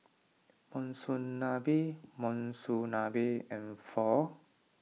Monsunabe Monsunabe and Pho